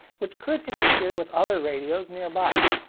which could interfere with other radios nearby.